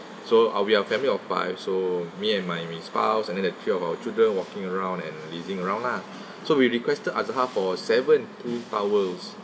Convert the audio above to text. so uh we are family of five so me and my spouse and then three of our children walking around and lazing around lah so we requested azarhar for seven pool towels